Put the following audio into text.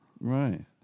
Right